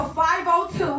502